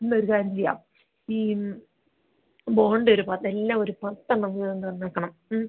ഇന്നൊരു കാര്യം ചെയ്യാം ഈ മ് ബോണ്ട ഒരു പത്ത് എല്ലാ ഒരു പത്തെണ്ണം വീതം തന്നേക്കണം മ്